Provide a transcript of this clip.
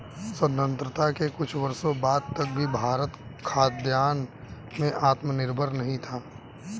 स्वतंत्रता के कुछ वर्षों बाद तक भी भारत खाद्यान्न में आत्मनिर्भर नहीं था